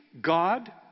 God